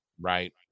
Right